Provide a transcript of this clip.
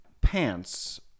pants